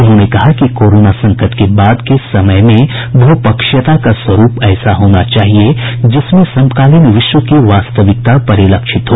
उन्होंने कहा है कि कोरोना संकट के बाद के समय में बहुपक्षीयता का स्वरूप ऐसा होना चाहिए जिसमें समकालीन विश्व की वास्तविकता परिलक्षित हो